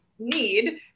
need